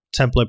template